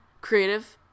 creative